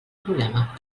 problema